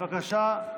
בבקשה,